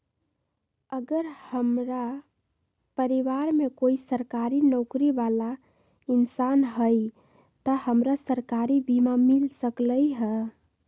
अगर हमरा परिवार में कोई सरकारी नौकरी बाला इंसान हई त हमरा सरकारी बीमा मिल सकलई ह?